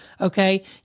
Okay